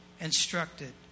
instructed